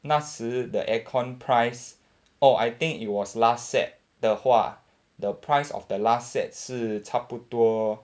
那时 the air con price oh I think it was last set 的话 the price of the last set 是差不多